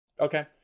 Okay